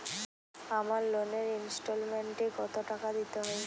আমার লোনের ইনস্টলমেন্টৈ কত টাকা দিতে হবে?